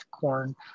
corn